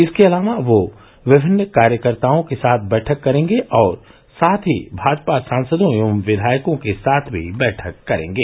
इसके अलावा यो विमिन्न कार्यकर्ताओं के साथ बैठक करेंगे और साथ ही भाजपा सांसदों एवं विधायकों के साथ भी बैठक करेंगे